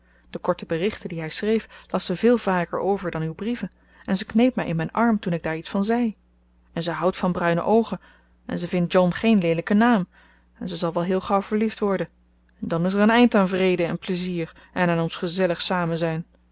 de korte berichten die hij schreef las ze veel vaker over dan uw brieven en ze kneep mij in mijn arm toen ik daar iets van zei en zij houdt van bruine oogen en ze vindt john geen leelijken naam en ze zal wel heel gauw verliefd worden en dan is er een eind aan vrede en plezier en aan ons gezellig samenzijn